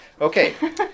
Okay